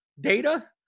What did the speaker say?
data